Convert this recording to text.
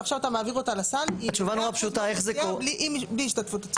ועכשיו אתה מעביר אותה לסל ל-100% מהאוכלוסייה בלי השתתפות עצמית.